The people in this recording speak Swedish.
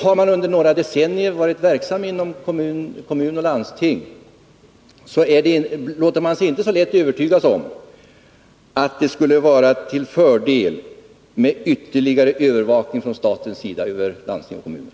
Har man under några decennier varit verksam inom kommun och landsting, låter man sig inte så lätt övertygas om att det skulle vara till fördel med ytterligare övervakning från statens sida över landsting och kommuner.